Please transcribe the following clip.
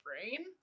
brain